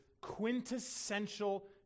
quintessential